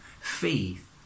faith